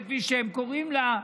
כפי שהם קוראים לו,